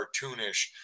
cartoonish